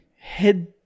head